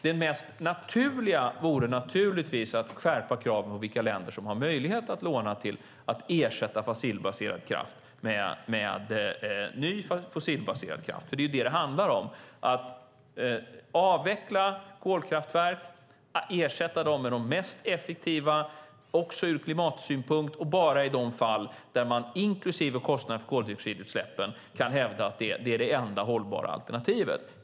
Det mest naturliga vore självklart att skärpa kraven om vilka länder som har möjlighet att låna till att ersätta fossilbaserad kraft med ny fossilbaserad kraft. Det är vad det handlar om, nämligen att avveckla kolkraftverk, ersätta dem med det mest effektiva också ur klimatsynpunkt och bara i de fall där man inklusive kostnaden för koldioxidutsläppen kan hävda att det är det enda hållbara alternativet.